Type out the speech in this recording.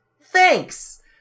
thanks